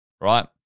right